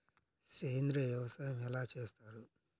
సేంద్రీయ వ్యవసాయం ఎలా చేస్తారు?